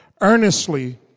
Earnestly